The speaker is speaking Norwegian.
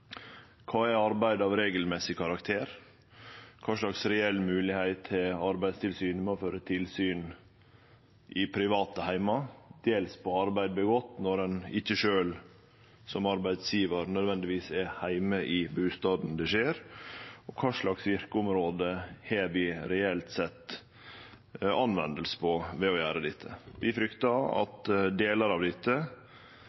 Kva er arbeid av «regelmessig karakter»? Kva slags reell moglegheit har Arbeidstilsynet til å føre tilsyn i private heimar, dels med arbeid som vert gjort når ein sjølv som arbeidsgjevar ikkje nødvendigvis er heime i bustaden der arbeidet skjer? Og kva slags verkeområde kan dette reelt sett anvendast på? Vi fryktar at delar av dette